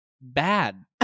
bad